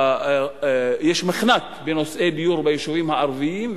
יש מחנק בנושאי דיור ביישובים הערביים,